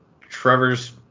Trevor's